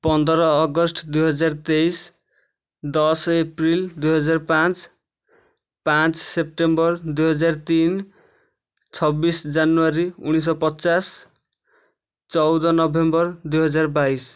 ପନ୍ଦର ଅଗଷ୍ଟ ଦୁଇ ହଜାର ତେଇଶ ଦଶ ଏପ୍ରିଲ ଦୁଇ ହଜାର ପାଞ୍ଚ ପାଞ୍ଚ ସେପ୍ଟେମ୍ୱର ଦୁଇ ହଜାର ତିନି ଛବିଶ ଜାନୁଆରୀ ଉନେଇଶ ପଚାଶ ଚଉଦ ନଭେମ୍ବର ଦୁଇ ହଜାର ବାଇଶ